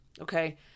Okay